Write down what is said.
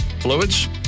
Fluids